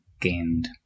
gained